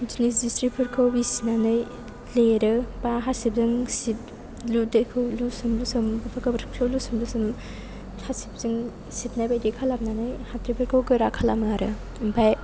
बिदिनो जिस्रिफोरखौ बिसिनानै लिरो बा हासिबजों सिब दैखौ लुसोम लुसोम गोबोरखिखौ लुसोम लुसोम हासिबजों सिबनाय बायदि खालामनानै हाद्रिफोरखौ गोरा खालामो आरो ओमफ्राय